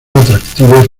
atractivos